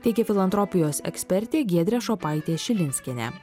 teigia filantropijos ekspertė giedrė šopaitė šilinskienė